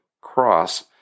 cross